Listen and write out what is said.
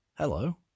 Hello